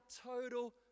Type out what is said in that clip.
total